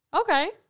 okay